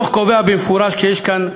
הדוח קובע במפורש שיש כאן,